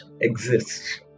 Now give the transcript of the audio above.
exists